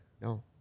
No